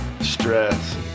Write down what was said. stress